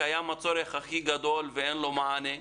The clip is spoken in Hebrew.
קיים הצורך הכי גדול ואין לו מענה?